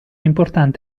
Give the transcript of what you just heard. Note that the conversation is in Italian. importante